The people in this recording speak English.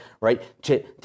right